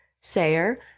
Sayer